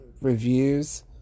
Reviews